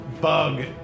bug